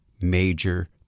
major